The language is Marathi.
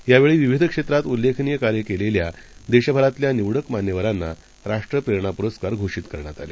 यावेळी विविध क्षेत्रात उल्लेखनीय कार्य केलेल्या देशभरातल्या निवडक मान्यवरांना राष्ट्रप्रेरणा पुरस्कार घोषित करण्यात आले